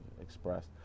expressed